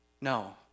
No